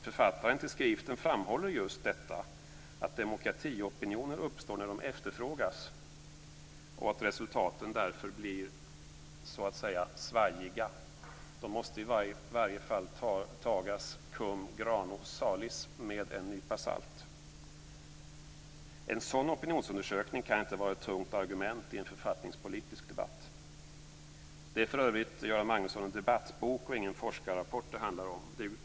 Författaren till skriften framhåller just detta - demokratiopinioner uppstår när de efterfrågas och resultaten blir därför svajiga. De måste i varje fall tas cum grano salis - med en nypa salt. En sådan opinionsundersökning kan inte vara ett tungt argument i en författningspolitisk debatt. Det är för övrigt, Göran Magnusson, en debattbok och ingen forskarrapport det handlar om.